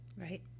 Right